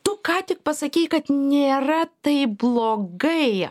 tu ką tik pasakei kad nėra taip blogai